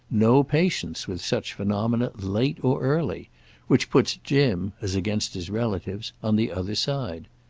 no patience with such phenomena, late or early which puts jim, as against his relatives, on the other side.